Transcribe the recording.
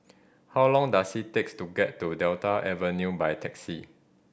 how long does it takes to get to Delta Avenue by taxi